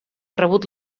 rebut